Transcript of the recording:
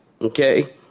okay